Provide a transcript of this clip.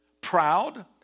proud